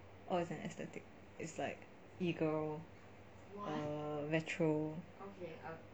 oh it's an aesthetic is like err retro